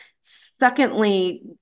Secondly